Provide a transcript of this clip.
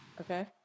okay